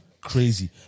crazy